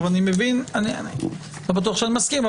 לא בטוח שאני מסכים,